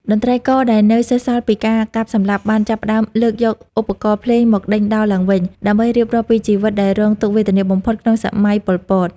តន្ត្រីករដែលនៅសេសសល់ពីការកាប់សម្លាប់ បានចាប់ផ្តើមលើកយកឧបករណ៍ភ្លេងមកដេញដោលឡើងវិញ ដើម្បីរៀបរាប់ពីជីវិតដែលរងទុក្ខវេទនាបំផុតក្នុង សម័យប៉ុលពត។